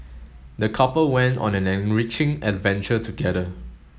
the couple went on an enriching adventure together